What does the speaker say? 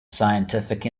scientific